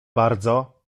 bardzo